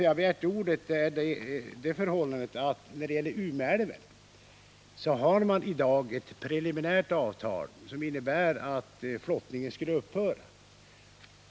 Jag begärde ordet därför att man när det gäller Umeälven har ett preliminärt avtal, som innebär att flottningen skall upphöra.